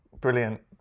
Brilliant